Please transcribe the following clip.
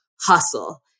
hustle